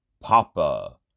Papa